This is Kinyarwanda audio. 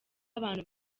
abantu